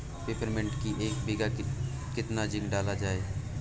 Peppermint की एक बीघा कितना जिंक डाला जाए?